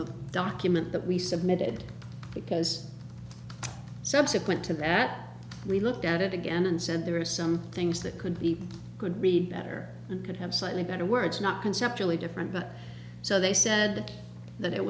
the document that we submitted because subsequent to that we looked at it again and said there are some things that could be could be better and could have slightly better words not conceptually different but so they said that it